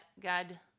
God